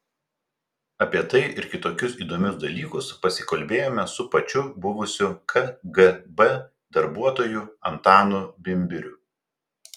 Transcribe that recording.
apie tai ir kitokius įdomius dalykus pasikalbėjome su pačiu buvusiu kgb darbuotoju antanu bimbiriu